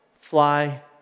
fly